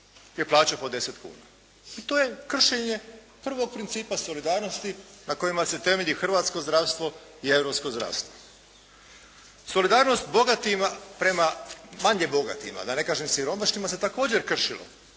I to je kršenje prvo principa solidarnosti na kojima se temelji hrvatsko zdravstvo i europsko zdravstvo. Solidarnost bogatima prema manje bogatima da ne kažem siromašnima se također kršilo